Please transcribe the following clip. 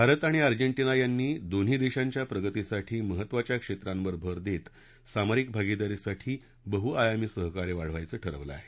भारत आणि अर्जेतिजा यांनी दोन्ही देशांच्या प्रगतीसाठी महत्त्वाच्या क्षेत्रांवर भर देत सामरिक भागिदारीसाठी बहुआयामी सहकार्य वाढवायचं ठरवलं आहे